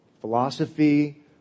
philosophy